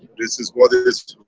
this is what it is.